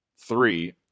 Three